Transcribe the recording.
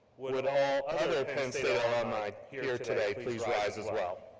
would would all other penn state alumni here today please rise as well.